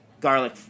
Garlic